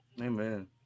Amen